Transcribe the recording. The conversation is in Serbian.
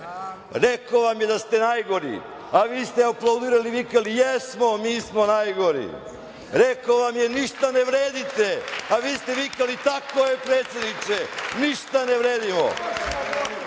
vam je da ste najgori, a vi ste aplaudirali i vikali – jesmo, mi smo najgori. Rekao vam je – ništa ne vredite, a vi ste vikali – tako je, predsedniče, ništa ne vredimo.